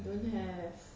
don't have